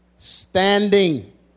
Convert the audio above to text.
standing